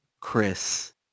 Chris